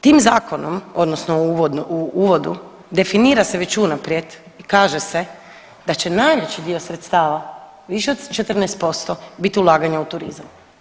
Tim zakonom odnosno u uvodu definira se već unaprijed i kaže se da će se najveći dio sredstava, više od 14% biti ulaganja u turizam.